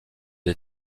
des